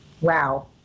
Wow